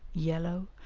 yellow,